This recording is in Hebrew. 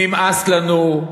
נמאס לנו,